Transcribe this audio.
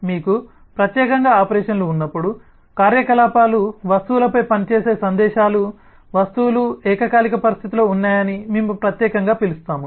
మీకు ప్రత్యేకంగా ఆపరేషన్లు ఉన్నప్పుడు కార్యకలాపాలు వస్తువులపై పనిచేసే సందేశాలు వస్తువులు ఏకకాలిక పరిస్థితిలో ఉన్నాయని మేము ప్రత్యేకంగా పిలుస్తాము